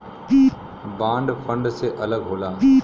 bond fund से अलग होला